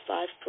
Five